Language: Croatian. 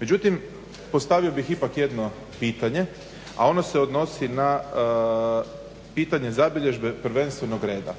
Međutim, postavio bih ipak jedno pitanje, a ono se odnosi na pitanje zabilježbe prvenstvenog reda.